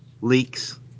leaks